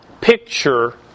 picture